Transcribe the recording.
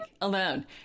alone